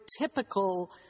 typical